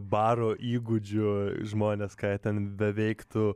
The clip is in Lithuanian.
baro įgūdžių žmonės ką jie ten beveiktų